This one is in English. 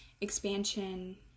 expansion